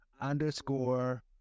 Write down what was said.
underscore